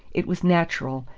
it was natural,